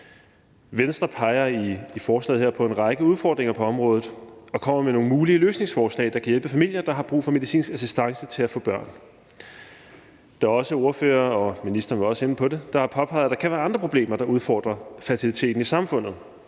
Venstre peger i forslaget her på en række udfordringer på området og kommer med nogle mulige løsningsforslag, der kan hjælpe familier, der har brug for medicinsk assistance til at få børn. Der er også ordførere – og ministeren var også inde på det – der har påpeget, at der kan være andre problemer, der udfordrer fertiliteten i samfundet.